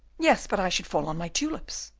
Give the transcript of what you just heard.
yes, but i should fall on my tulips.